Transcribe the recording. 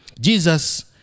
Jesus